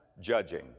judging